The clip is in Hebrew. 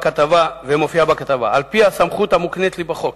ומופיעה בכתבה, על-פי הסמכות המוקנית לי בחוק.